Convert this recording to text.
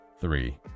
three